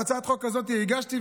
הצעת חוק כזאת הגשתי,